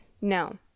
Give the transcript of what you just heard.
no